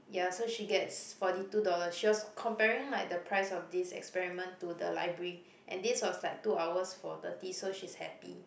ya so she gets forty two dollars she was comparing like the price of this experiment to the library and this was like two hours for thirty so she's happy